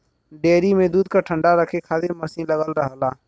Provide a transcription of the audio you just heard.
dairy में दूध क ठण्डा रखे खातिर मसीन लगल रहला